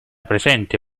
presente